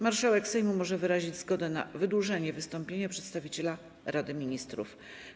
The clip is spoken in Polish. Marszałek Sejmu może wyrazić zgodę na wydłużenie wystąpienia przedstawiciela Rady Ministrów.